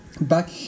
Back